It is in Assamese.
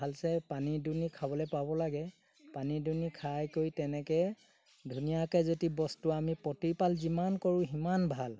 ভালচে পানী দুনি খাবলৈ পাব লাগে পানী দুনি খাই কৰি তেনেকৈ ধুনীয়াকৈ যদি বস্তু আমি প্ৰতিপাল যিমান কৰোঁ সিমান ভাল